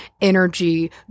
energy